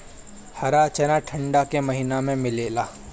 हरा चना ठंडा के महिना में मिलेला